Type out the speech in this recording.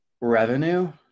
revenue